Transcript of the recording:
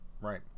Right